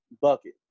Bucket